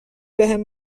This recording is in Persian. بهم